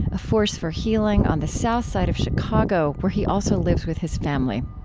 a force for healing on the south side of chicago, where he also lives with his family.